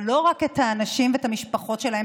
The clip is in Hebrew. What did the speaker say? אבל לא רק את האנשים ואת המשפחות שלהם,